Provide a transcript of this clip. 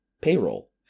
payroll